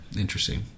interesting